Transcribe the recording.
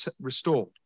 restored